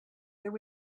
there